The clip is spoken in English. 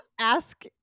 ask